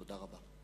תודה רבה.